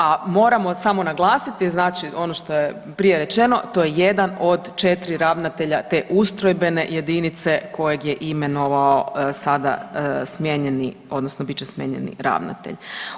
A moramo samo naglasiti znači ono što je prije rečeno, to je jedan od 4 ravnatelja te ustrojbene jedinice kojeg je imenovao sada smijenjeni odnosno bit će smijenjeni ravnatelj.